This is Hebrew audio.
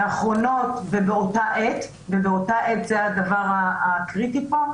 האחרונות ובאותה עת, ובאותה עת זה הדבר הקריטי פה.